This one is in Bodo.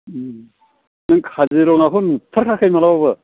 ओम नों काजिरङाखौ नुथारखायाखै मालाबाबो